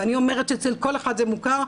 ואני אומרת אצל כל אחד זה מוכר,